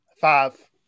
Five